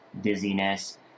dizziness